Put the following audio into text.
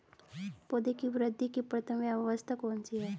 पौधों की वृद्धि की प्रथम अवस्था कौन सी है?